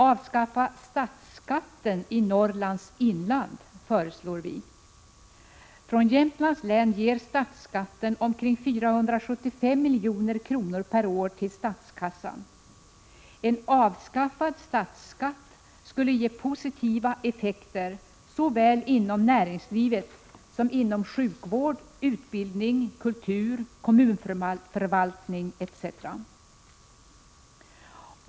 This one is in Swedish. Avskaffa statsskatten i Norrlands inland! Från Jämtlands län ger statsskatten omkring 475 milj.kr. per år till statskassan. Att avskaffa statsskatten skulle ge positiva effekter såväl inom näringsliv som inom sjukvård, utbildning, kultur, kommunförvaltning etc.